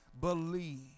believe